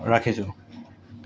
ৰাখিছোঁ